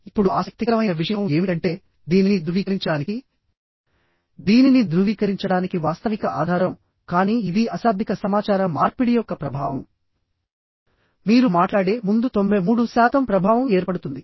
ఇప్పుడుఆసక్తికరమైన విషయం ఏమిటంటేదీనిని ధృవీకరించడానికి దీనిని ధృవీకరించడానికి వాస్తవిక ఆధారంకానీ ఇది అశాబ్దిక సమాచార మార్పిడి యొక్క ప్రభావం మీరు మాట్లాడే ముందు 93 శాతం ప్రభావం ఏర్పడుతుంది